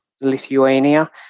Lithuania